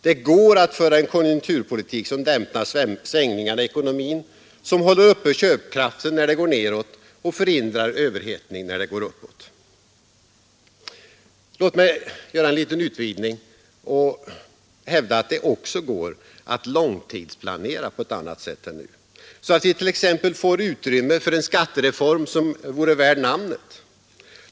Det går att föra en konjunkturpolitik som dämpar svängningarna i ekonomin, som håller uppe köpkraften när det går neråt och förhindrar överhettning när det går uppåt. Låt mig göra en liten utvikning och hävda att det också går att långtidsplanera på ett annat sätt än nu, så att vi t.ex. får utrymme för en skattereform värd namnet.